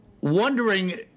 wondering